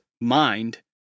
mind